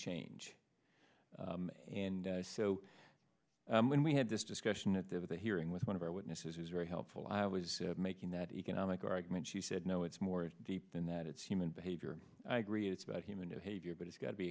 change and so when we had this discussion at the hearing with one of our witnesses who was very helpful i was making that economic argument she said no it's more deep than that it's human behavior i agree it's about human behavior but it's got to be